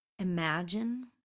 Imagine